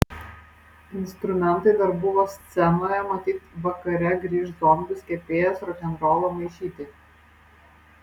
instrumentai dar buvo scenoje matyt vakare grįš zombis kepėjas rokenrolo maišyti